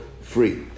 free